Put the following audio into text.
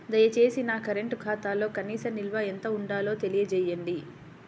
దయచేసి నా కరెంటు ఖాతాలో కనీస నిల్వ ఎంత ఉండాలో తెలియజేయండి